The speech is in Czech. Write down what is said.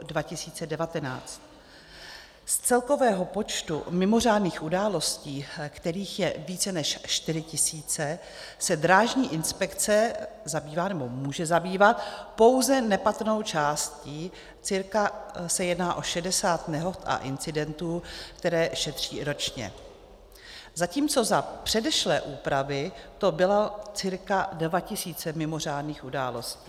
Z celkového počtu mimořádných událostí, kterých je více než 4 tisíce, se Drážní inspekce zabývá nebo může zabývat pouze nepatrnou částí, cca se jedná o 60 nehod a incidentů, které šetří ročně, zatímco za předešlé úpravy to byly cca 2 tisíce mimořádných událostí.